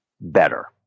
better